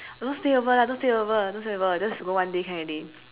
don't stay over lah don't stay over don't stay over just go one day can already